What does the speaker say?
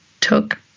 took